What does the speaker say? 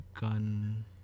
gun